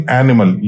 animal